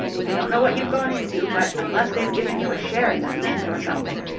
i don't know what you've gone into, but, unless they've given you a share in the mint or something,